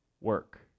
work